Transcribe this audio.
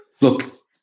look